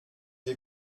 gai